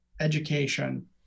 education